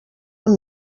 amb